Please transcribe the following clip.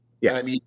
Yes